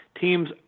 Teams